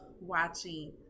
watching